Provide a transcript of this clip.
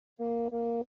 اون